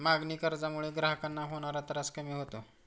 मागणी कर्जामुळे ग्राहकांना होणारा त्रास कमी होतो